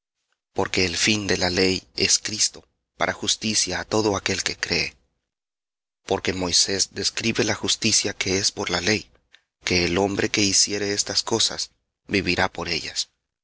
porque el fin de la ley es cristo para justicia á todo aquel que cree porque moisés describe la justicia que es por la ley que el hombre que hiciere estas cosas vivirá por ellas